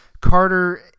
Carter